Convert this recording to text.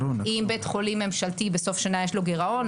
אם לבית חולים ממשלתי בסוף שנה יש גירעון,